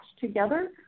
together